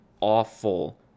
awful